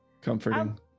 Comforting